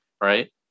right